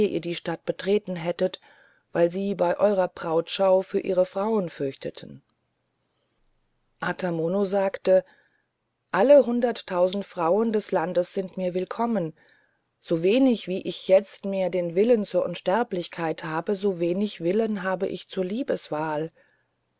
ihr die stadt betreten hättet weil sie bei eurer brautschau für ihre frauen fürchteten ata mono sagte alle hunderttausend frauen des landes sind mir willkommen so wenig wie ich jetzt mehr den willen zur unsterblichkeit habe so wenig willen habe ich zur liebeswahl